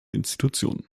institutionen